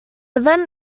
event